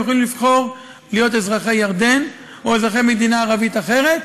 הם יכולים לבחור להיות אזרחי ירדן או אזרחי מדינה ערבית אחרת,